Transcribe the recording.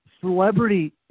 Celebrity